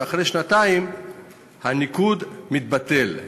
אחרי שנתיים הניקוד מתבטל,